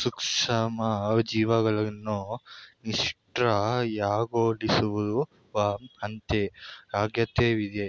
ಸೂಕ್ಷ್ಮಜೀವಿಗಳನ್ನು ನಿಷ್ಕ್ರಿಯಗೊಳಿಸುವ ಹಂತ ಅಗತ್ಯವಿದೆ